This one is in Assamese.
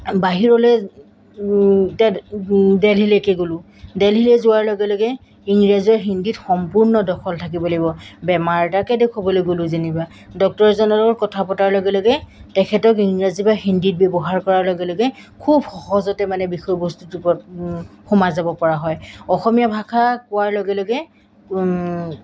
বাহিৰলৈ এতিয়া দেলহীলৈকে গ'লোঁ দেলহিলৈ যোৱাৰ লগে লগে ইংৰাজী আৰু হিন্দীত সম্পূৰ্ণ দখল থাকিব লাগিব বেমাৰ এটাকে দেখুৱাবলৈ গ'লোঁ যেনিবা ডক্টৰ এজনৰ লগত কথা পতাৰ লগে লগে তেখেতক ইংৰাজী বা হিন্দীত ব্যৱহাৰ কৰাৰ লগে লগে খুব সহজতে মানে বিষয়বস্তুটো ওপৰত সোমাই যাব পৰা হয় অসমীয়া ভাষা কোৱাৰ লগে লগে